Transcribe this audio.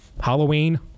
Halloween